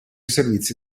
servizi